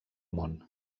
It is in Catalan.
món